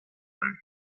him